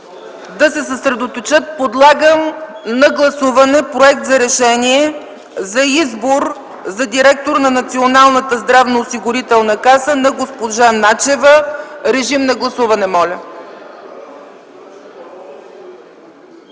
да се съсредоточат! Подлагам на гласуване Проект за решение за избор за директор на Националната здравноосигурителна каса на госпожа Начева. Гласували